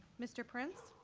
mr. prince?